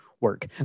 work